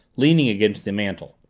leaning against the mantel.